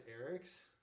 Eric's